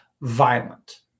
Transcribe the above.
violent